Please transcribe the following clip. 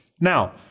Now